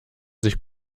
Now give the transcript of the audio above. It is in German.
sich